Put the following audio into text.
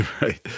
Right